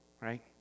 right